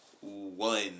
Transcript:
one